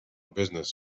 business